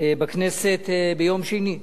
בכנסת ביום שני האחרון,